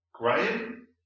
Graham